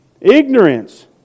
Ignorance